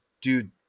dude